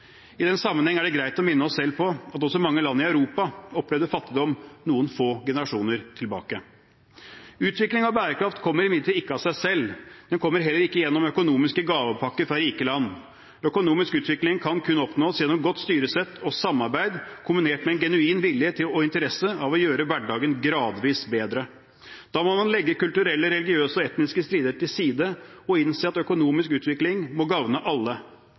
i Europa opplevde fattigdom noen få generasjoner tilbake. Utvikling av bærekraft kommer imidlertid ikke av seg selv, den kommer heller ikke gjennom økonomiske gavepakker fra rike land. Økonomisk utvikling kan kun oppnås gjennom godt styresett og samarbeid kombinert med en genuin vilje til og interesse av å gjøre hverdagen gradvis bedre. Da må man legge kulturelle, religiøse og etniske strider til side og innse at økonomisk utvikling må gagne alle.